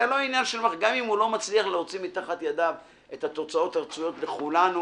גם אם הוא לא מצליח להוציא מתחת ידיו את התוצאות הרצויות לכולנו,